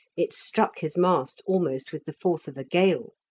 it struck his mast almost with the force of a gale.